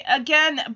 again